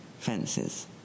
Fences